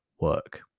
work